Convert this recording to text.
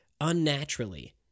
unnaturally